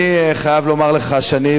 אני חייב לומר לך שאני,